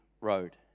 road